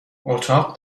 اتاق